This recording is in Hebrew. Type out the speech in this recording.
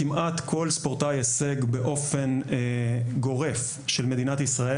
כל ספורטאי הישג באופן גורף של מדינת ישראל